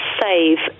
save